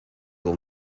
will